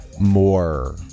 more